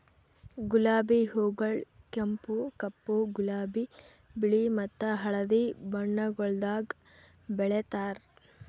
ಗುಲಾಬಿ ಹೂಗೊಳ್ ಕೆಂಪು, ಕಪ್ಪು, ಗುಲಾಬಿ, ಬಿಳಿ ಮತ್ತ ಹಳದಿ ಬಣ್ಣಗೊಳ್ದಾಗ್ ಬೆಳೆತಾರ್